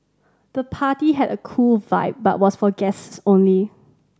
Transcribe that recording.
the party had a cool vibe but was for guests only